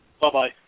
Bye-bye